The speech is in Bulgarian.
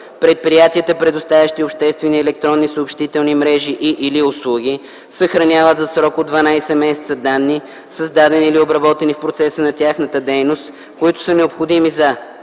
Предприятията, предоставящи обществени електронни съобщителни мрежи и/или услуги, съхраняват за срок от 12 месеца данни, създадени или обработени в процеса на тяхната дейност, които са необходими за: